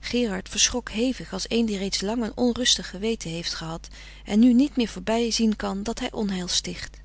gerard verschrok hevig als een die reeds lang een onrustig geweten heeft gehad en nu niet meer voorbij zien kan dat hij onheil sticht